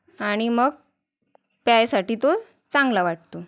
आणि मग प्यायासाठी तो चांगला वाटतो